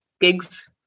gigs